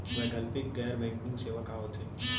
वैकल्पिक गैर बैंकिंग सेवा का होथे?